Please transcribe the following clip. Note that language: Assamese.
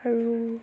আৰু